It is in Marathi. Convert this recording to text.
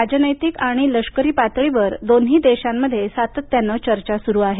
राजनैतिक आणि लष्करी पातळीवर दोन्ही देशांमध्ये सातत्यानं चर्चा सुरू आहे